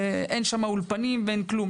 ואין שם אולפנים ואין כלום.